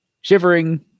shivering